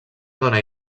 dona